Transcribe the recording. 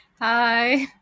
hi